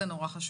זה חשוב,